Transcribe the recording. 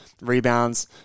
rebounds